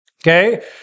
Okay